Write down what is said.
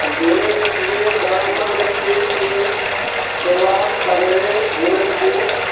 तऽ बुलै तऽ छियै गरम पानि तऽ पीयै छियै सुबह सबेरे बुलै छियै